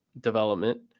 development